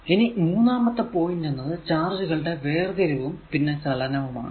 ഇനി മൂന്നാമത്തെ പോയിന്റ് എന്നത് ചാർജുകളുടെ വേർതിരിവും പിന്നെ ചലനവും ആണ്